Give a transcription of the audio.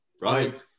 right